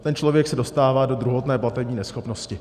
Ten člověk se dostává do druhotné platební neschopnosti.